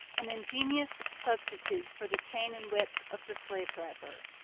an ingenious substitute for the chain and whip of the slave-driver.